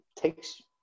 takes